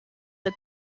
the